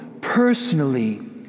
personally